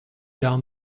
down